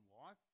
wife